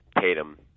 Tatum